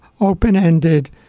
open-ended